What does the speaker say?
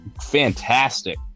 fantastic